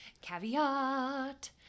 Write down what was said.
caveat